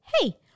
hey